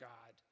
God